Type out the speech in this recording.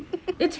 but what